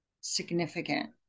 significant